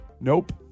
nope